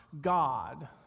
God